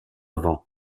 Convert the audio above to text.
avant